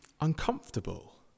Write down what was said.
uncomfortable